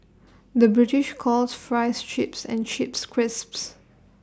the British calls Fries Chips and Chips Crisps